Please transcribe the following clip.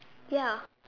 ya